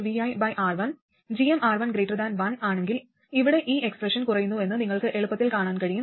gmR1 1 ആണെങ്കിൽ ഇവിടെ ഈ എക്സ്പ്രെഷൻ കുറയുന്നുവെന്ന് നിങ്ങൾക്ക് എളുപ്പത്തിൽ കാണാൻ കഴിയും